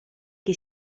che